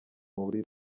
muri